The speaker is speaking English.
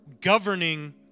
governing